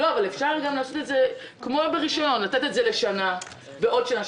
אפשר גם לעשות את זה כמו ברישיון לתת לשנה ועוד שנה.